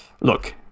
Look